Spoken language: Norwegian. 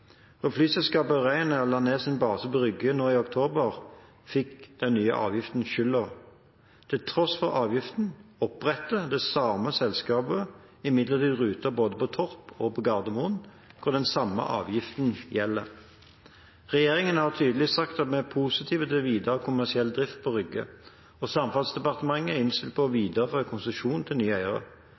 flyselskapet Ryanair la ned sin base på Rygge nå i oktober, fikk den nye avgiften skylden. Til tross for avgiften opprettet det samme selskapet imidlertid ruter både på Torp og på Gardermoen, hvor den samme avgiften gjelder. Regjeringen har tydelig sagt at vi er positive til videre kommersiell drift på Rygge, og Samferdselsdepartementet er innstilt på å videreføre konsesjonen til nye eiere.